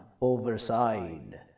overside